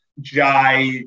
Jai